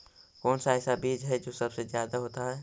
कौन सा ऐसा बीज है जो सबसे ज्यादा होता है?